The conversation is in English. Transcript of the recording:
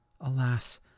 Alas